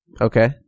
Okay